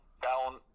down